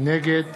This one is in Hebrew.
נגד